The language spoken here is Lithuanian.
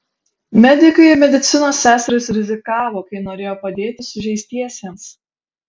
medikai ir medicinos seserys rizikavo kai norėjo padėti sužeistiesiems